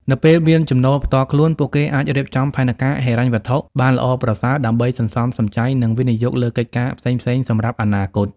នៅពេលមានចំណូលផ្ទាល់ខ្លួន ពួកគេអាចរៀបចំផែនការហិរញ្ញវត្ថុបានល្អប្រសើរ ដើម្បីសន្សំសំចៃ និងវិនិយោគលើកិច្ចការផ្សេងៗសម្រាប់អនាគត។